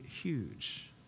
huge